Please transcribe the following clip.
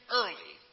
early